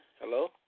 Hello